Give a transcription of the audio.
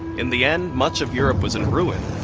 in the end, much of europe was in ruin.